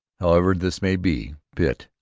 however this may be, pitt,